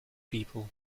people